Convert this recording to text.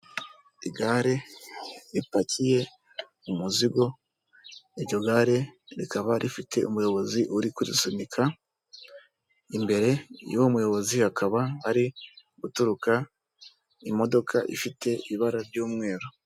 Igare ripakiye umuzigo, iryo gare rikaba rifite umuyobozi uri kurisunika, imbere y'wo muyobozi hakaba hari guturuka imodoka ifite ibara ry'umweru.